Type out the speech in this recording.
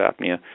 apnea